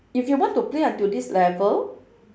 if you want to play until this level